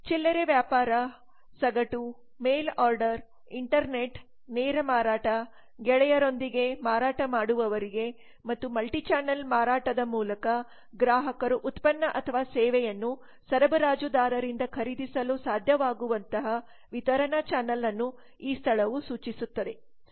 ಚಿಲ್ಲರೆ ವ್ಯಾಪಾರ ಸಗಟು ಮೇಲ್ ಆರ್ಡರ್ ಇಂಟರ್ನೆಟ್ ನೇರ ಮಾರಾಟ ಗೆಳೆಯರೊಂದಿಗೆ ಮಾರಾಟ ಮಾಡುವವರಿಗೆ ಮತ್ತು ಮಲ್ಟಿಚಾನಲ್ ಮಾರಾಟದ ಮೂಲಕ ಗ್ರಾಹಕರು ಉತ್ಪನ್ನ ಅಥವಾ ಸೇವೆಯನ್ನು ಸರಬರಾಜುದಾರರಿಂದ ಖರೀದಿಸಲು ಸಾಧ್ಯವಾಗುವಂತಹ ವಿತರಣಾ ಚಾನಲ್ ಅನ್ನು ಈ ಸ್ಥಳವು ಸೂಚಿಸುತ್ತದೆ